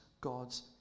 God's